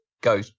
go